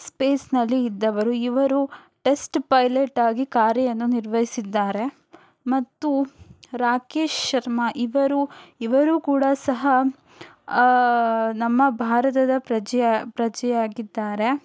ಸ್ಪೇಸ್ನಲ್ಲಿ ಇದ್ದವರು ಇವರು ಟೆಸ್ಟ್ ಪೈಲೆಟ್ಟಾಗಿ ಕಾರ್ಯವನ್ನು ನಿರ್ವಹಿಸಿದ್ದಾರೆ ಮತ್ತು ರಾಕೇಶ್ ಶರ್ಮಾ ಇವರು ಇವರೂ ಕೂಡ ಸಹ ನಮ್ಮ ಭಾರತದ ಪ್ರಜೆ ಪ್ರಜೆಯಾಗಿದ್ದಾರೆ